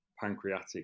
pancreatic